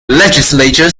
legislature